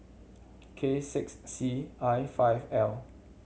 K six C I five L